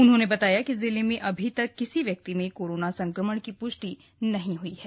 उन्होंने बताया कि जिले में अभी तक किसी व्यक्ति में कोरोना संक्रमण की प्ष्टि नहीं हुई है